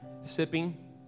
sipping